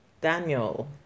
Daniel